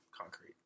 concrete